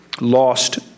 lost